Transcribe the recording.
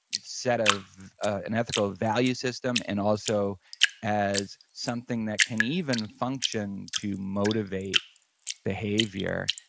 set of unethical value system and also as something that can even function to motivate behavior,